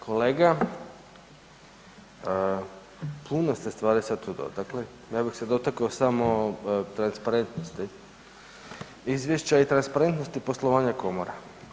Kolega puno ste stvari sad tu dotakli, ja bih se dotakao samo transparentnosti izvješća i transparentnosti poslovanja komora.